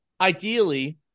ideally